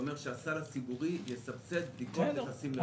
זה אומר שהסל הציבורי יסבסד בדיקות לטסים לחו"ל.